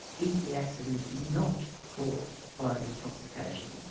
if the accident is not caused by the intoxication,